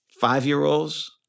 five-year-olds